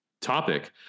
topic